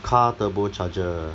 car turbo charger